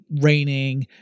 raining